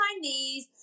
knees